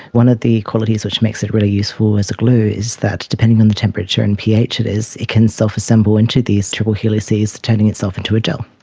one of the qualities that makes it really useful as a glue is that depending on the temperature and ph it is it can self-assemble into these triple helixes, turning itself into a gel.